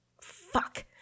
Fuck